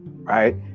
right